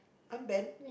armband